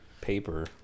paper